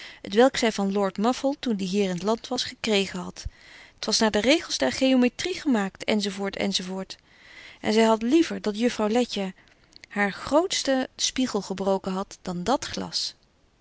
t welk zy van lord muffle toen die hier in t land was gekregen hadt t was naar de regels der geometrie gemaakt enz enz en zy hadt liever dat juffrouw letje haar grootsten betje wolff en aagje deken historie van mejuffrouw sara burgerhart spiegel gebroken hadt dan dat glas